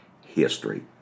history